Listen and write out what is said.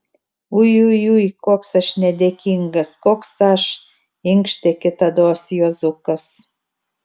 ui ui ui koks aš nedėkingas koks aš inkštė kitados juozukas